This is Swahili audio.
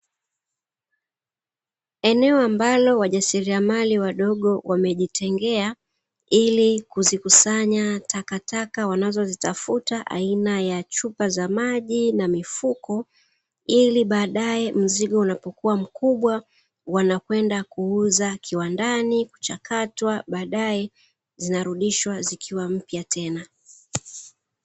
Eneo ambalo wajasiriamali wadogo wamejitengea, ili kuzikusanya takataka wanazozitafuta aina ya chupa za maji na mifuko, ili baadae mzigo unapokuwa mkubwa wanakwenda kuuza kiwandani, kuchakatwa baadae zinarudishwa zikiwa mpya tena.